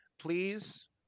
Please